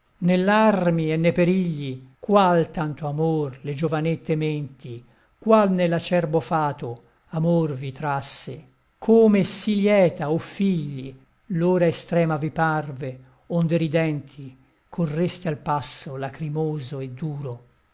nell'armi e ne perigli qual tanto amor le giovanette menti qual nell'acerbo fato amor vi trasse come sì lieta o figli l'ora estrema vi parve onde ridenti correste al passo lacrimoso e duro